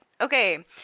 Okay